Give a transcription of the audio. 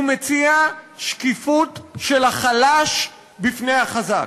הוא מציע שקיפות של החלש בפני החזק,